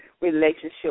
relationship